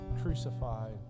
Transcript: crucified